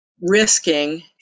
risking